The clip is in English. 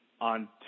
on